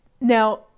Now